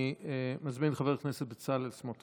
אני מזמין את חבר הכנסת בצלאל סמוטריץ'.